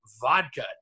vodka